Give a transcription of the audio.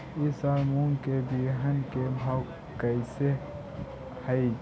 ई साल मूंग के बिहन के भाव कैसे हई?